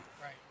Right